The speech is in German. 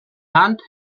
hand